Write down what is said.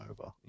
over